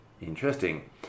Interesting